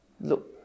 look